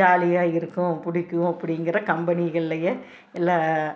ஜாலியாக இருக்கும் பிடிக்கும் அப்படிங்கிற கம்பெனிகள்லையே எல்லாம்